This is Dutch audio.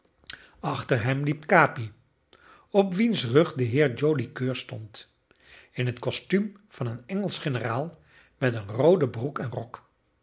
achter hem liep capi op wiens rug de heer joli coeur stond in het kostuum van een engelsch generaal met een roode broek en rok